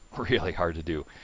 really hard to do,